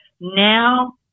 Now